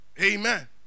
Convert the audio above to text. Amen